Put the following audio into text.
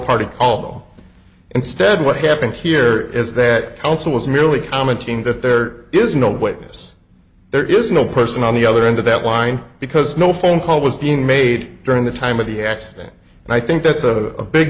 party call instead what happened here is that council was merely commenting that there is no witness there is no person on the other end of that line because no phone call was being made during the time of the accident and i think that's a big